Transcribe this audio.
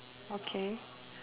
okay